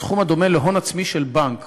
סכום הדומה להון עצמי של בנק